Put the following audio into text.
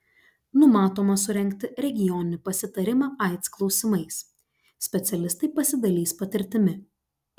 numatoma surengti regioninį pasitarimą aids klausimais specialistai pasidalys patirtimi